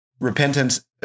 repentance